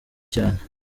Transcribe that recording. cyane